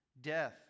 Death